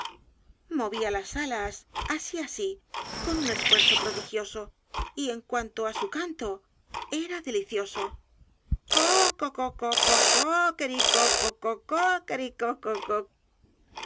movía las alas así así con un esfuerzo prodigioso y en cuanto á su canto era delicioso co